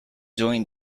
doing